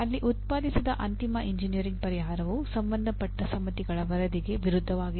ಅಲ್ಲಿ ಉತ್ಪಾದಿಸಿದ ಅಂತಿಮ ಎಂಜಿನಿಯರಿಂಗ್ ಪರಿಹಾರವು ಸಂಬಂಧಪಟ್ಟ ಸಮಿತಿಗಳ ವರದಿಗೆ ವಿರುದ್ಧವಾಗಿದೆ